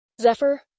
Zephyr